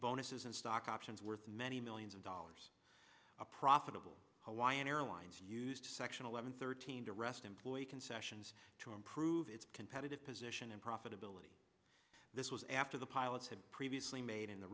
bonuses and stock options worth many millions of dollars a profitable hawaiian airlines used section eleven thirteen to rest employee concessions to improve its competitive position and profitability this was after the pilots had previously made in the